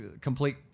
complete